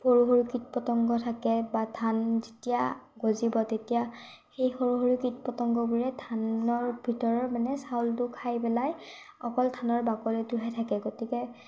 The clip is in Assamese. সৰু সৰু কীট পতংগ থাকে বা ধান যেতিয়া গজিব তেতিয়া সেই সৰু সৰু কীট পতংগবোৰে ধানৰ ভিতৰ মানে চাউলটো খাই পেলায় অকল ধানৰ বাকলিটোহে থাকে গতিকে